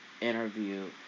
interview